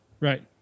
Right